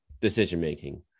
decision-making